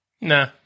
Nah